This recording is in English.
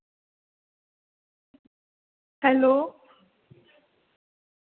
hello